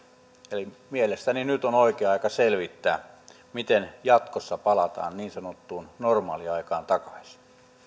eli mielestäni nyt on on oikea aika selvittää miten jatkossa palataan niin sanottuun normaaliaikaan takaisin